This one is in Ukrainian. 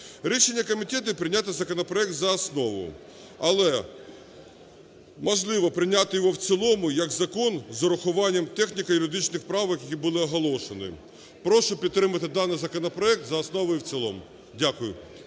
Рішення комітету – прийняти законопроект за основу, але можливо прийняти його в цілому як закон з урахуванням техніко-юридичних правок, які були оголошені. Прошу підтримати даний законопроект за основу і в цілому. Дякую.